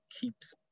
keeps